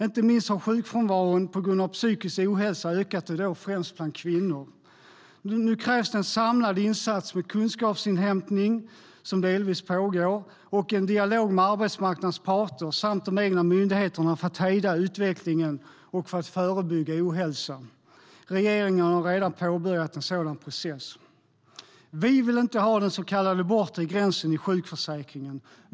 Inte minst har sjukfrånvaron på grund av psykisk ohälsa ökat och då främst bland kvinnor. Vi vill inte ha den så kallade bortre gränsen i sjukförsäkringen.